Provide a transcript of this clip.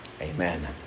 Amen